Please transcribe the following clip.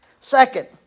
Second